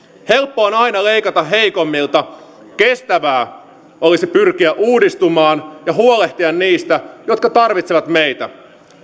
helppoa on aina leikata heikommilta kestävää olisi pyrkiä uudistumaan ja huolehtia niistä jotka tarvitsevat meitä